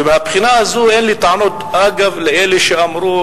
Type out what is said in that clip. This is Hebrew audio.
ומהבחינה הזאת אין לי טענות, אגב, לאלה שאמרו,